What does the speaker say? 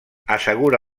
assegura